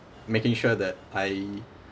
making sure that I